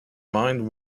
mind